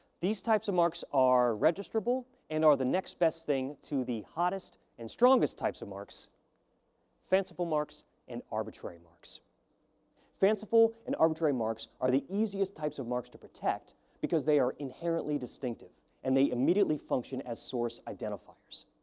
these types of marks are registrable and are the next best thing to the hottest and strongest types of marks fanciful marks and arbitrary marks fanciful and arbitrary marks are the easiest types of marks to protect because they are inherently distinctive. and they immediately function as source identifiers.